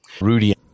Rudy